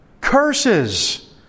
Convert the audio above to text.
curses